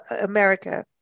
America